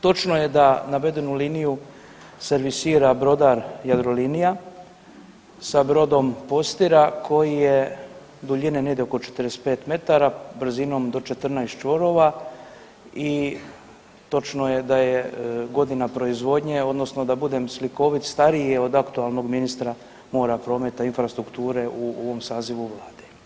Točno je da navedenu liniju servisira brodar Jadrolinija sa brodom Postira koji je duljine negdje oko 45 metara, brzinom do 14 čvorova i točno je da je godina proizvodnje odnosno da budem slikovit, stariji je od aktualnog ministra mora, prometa i infrastrukture u ovom sazivu Vlade.